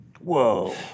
Whoa